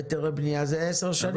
והיתרי בנייה זה עשר שנים לוקח.